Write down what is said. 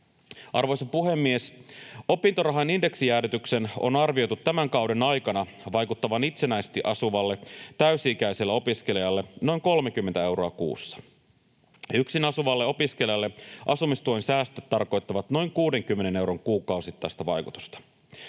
Arvoisa puhemies! Opintorahan indeksijäädytyksen on arvioitu tämän kauden aikana vaikuttavan itsenäisesti asuvalle täysi-ikäiselle opiskelijalle noin 30 euroa kuussa. Yksin asuvalle opiskelijalle asumistuen säästöt tarkoittavat noin 60 euron kuukausittaista vaikutusta.